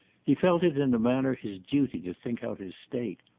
he felt it in a manner his duty to think out his state,